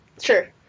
Sure